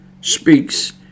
speaks